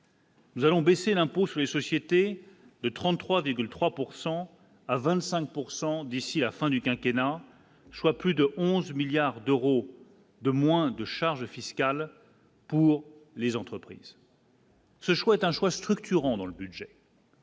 Nous allons baisser l'impôt sur les sociétés de 33 véhicules 3 pourcent à 25 pourcent d'ici la fin du quinquennat soit plus de 11 milliards d'euros de moins de charges fiscales pour les entreprises. Ce choix est un choix structurants dans le budget.